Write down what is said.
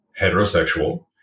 heterosexual